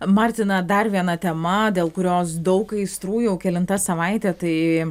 martina dar viena tema dėl kurios daug aistrų jau kelinta savaitė tai